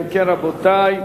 אם כן, רבותי,